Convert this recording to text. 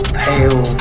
pale